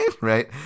Right